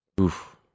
Oof